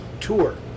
tour